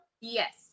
yes